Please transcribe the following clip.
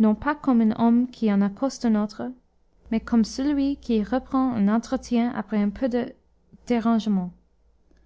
non pas comme un homme qui en accoste un autre mais comme celui qui reprend un entretien après un peu de dérangement